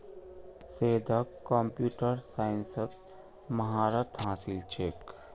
सैयदक कंप्यूटर साइंसत महारत हासिल छेक